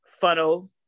funnel